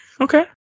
Okay